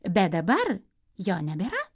bet dabar jo nebėra